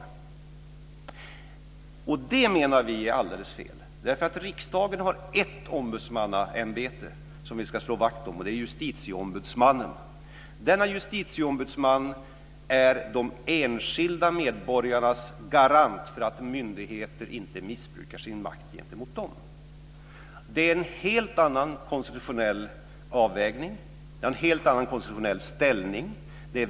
Det menar vi är alldeles fel, därför att riksdagen har ett ombudsmannaämbete som vi ska slå vakt om, och det är Justitieombudsmannen. Denna justitieombudsman är de enskilda medborgarnas garant för att myndigheter inte missbrukar sin makt gentemot dem. Det är en helt annan konstitutionell avvägning, och den har en helt annan konstitutionell ställning.